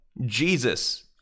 Jesus